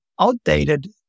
outdated